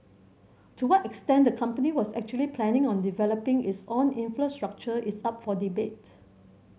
to what extent the company was actually planning on developing its own infrastructure is up for debate